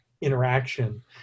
interaction